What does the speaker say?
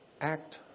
act